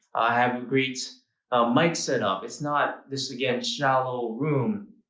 have a great mic setup. it's not this, again, shallow room.